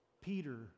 Peter